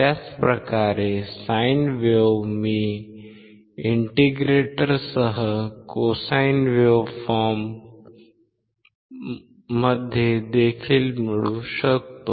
त्याच प्रकारे sine wave मी इंटिग्रेटरसह कोसाइन वेव्हफॉर्म देखील मिळवू शकतो